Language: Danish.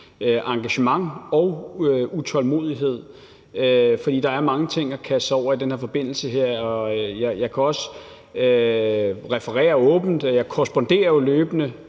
engagement og utålmodighed, for der er mange ting at kaste sig over i den her forbindelse. Jeg kan også referere åbent. Jeg korresponderer jo løbende